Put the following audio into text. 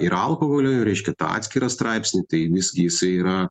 ir alkoholiui reiškia tą atskirą straipsnį tai visgi jisai yra